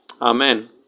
Amen